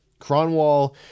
Cronwall